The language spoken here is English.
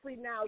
now